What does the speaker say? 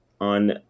on